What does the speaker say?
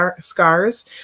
scars